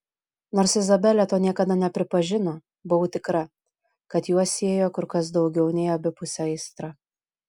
nors izabelė to niekada nepripažino buvau tikra kad juos siejo kur kas daugiau nei abipusė aistra